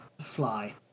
fly